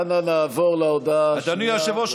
אדוני היושב-ראש,